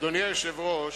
אדוני היושב-ראש,